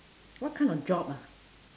what kind of job ah